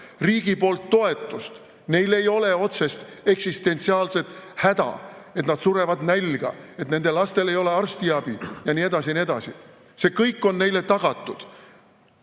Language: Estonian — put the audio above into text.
riigilt toetust, neil ei ole otsest eksistentsiaalset häda, et nad sureksid nälga, et nende lastel ei oleks arstiabi ja nii edasi, ja nii edasi. See kõik on neile tagatud.